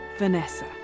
Vanessa